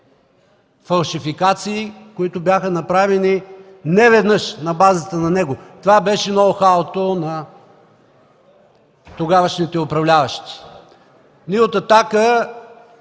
фалшификации, които бяха направени неведнъж на базата на него. Това беше ноу-хауто на тогавашните управляващи. Ние от „Атака”